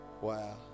Wow